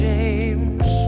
James